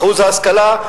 אחוז ההשכלה,